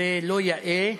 זה לא יאה,